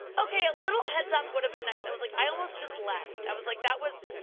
okay, a little heads up would have been nice. i was like, i almost just left. i was like, that was,